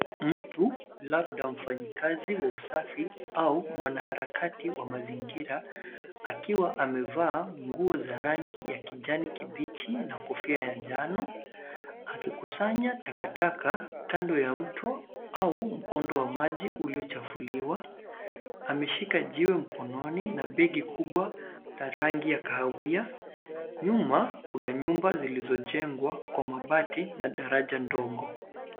Mtu, labda mfanyikazi wa usafi au mwanaharakati wa mazingira, akiwa amevaa nguo za rangi ya kijani kibichi na kofia ya njano, akikusanya takataka kando ya mto au mkondo wa maji uliochafuliwa, ameshika jiwe mkononi na begi kubwa la rangi ya kahawia ,nyuma kuna nyumba zilizojengwa kwa mabati na daraja ndogo.